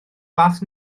fath